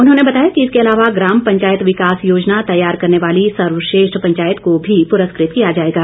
उन्होंने बताया कि इसके अलावा ग्राम पंचायत विकास योजना तैयार करने वाली सर्वश्रेष्ठ पंचायत को भी पुरस्कृत किया जाएगा